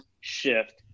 shift